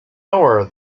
hour